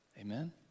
Amen